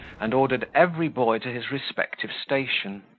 and ordered every boy to his respective station.